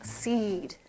seed